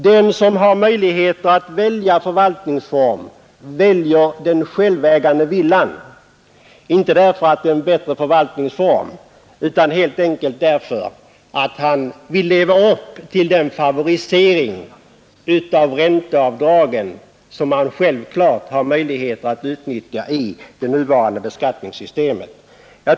Den som har möjligheter att välja förvaltningsform väljer ofta den förstnämnda, inte därför att det är en bättre förvaltningsform utan helt enkelt därför att han vill utnyttja den favorisering genom ränteavdragen som han har möjligheter till i det nuvarande beskattningssystemet.